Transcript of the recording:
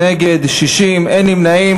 נגד, 60, אין נמנעים.